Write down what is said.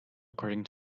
according